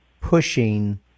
pushing